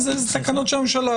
זה תקנות של הממשלה,